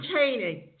maintaining